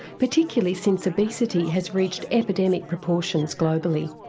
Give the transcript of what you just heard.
particularly since obesity has reached epidemic proportions globally.